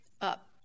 Up